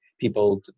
people